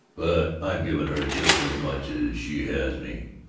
but i've given her just as much as she has me.